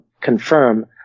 confirm